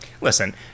Listen